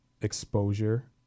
exposure